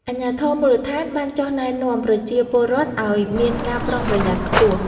អាជ្ញាធរមូលដ្ឋានបានចុះណែនាំប្រជាពលរដ្ឋឱ្យមានការប្រុងប្រយ័ត្នខ្ពស់។